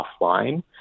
offline